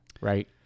Right